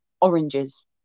oranges